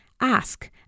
ask